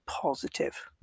positive